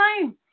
time